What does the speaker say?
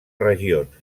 regions